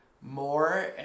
more